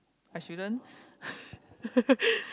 I shouldn't